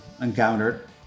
encountered